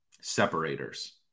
separators